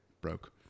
broke